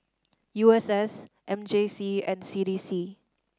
U S S M J C and C D C